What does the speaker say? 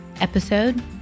episode